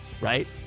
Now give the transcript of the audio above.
right